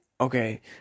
okay